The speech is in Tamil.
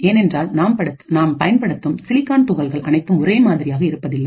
ஏனென்றால் நாம் பயன்படுத்தும் சிலிகான் துகள்கள் அனைத்தும் ஒரே மாதிரியாக இருப்பதில்லை